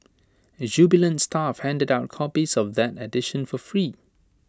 jubilant staff handed out copies of that edition for free